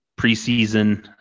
preseason